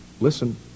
listen